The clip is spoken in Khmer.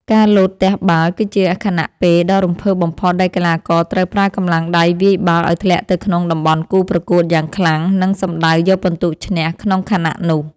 ការលោតទះបាល់ គឺជាខណៈពេលដ៏រំភើបបំផុតដែលកីឡាករត្រូវប្រើកម្លាំងដៃវាយបាល់ឱ្យធ្លាក់ទៅក្នុងតំបន់គូប្រកួតយ៉ាងខ្លាំង និង សំដៅយកពិន្ទុឈ្នះក្នុងខណៈនោះ។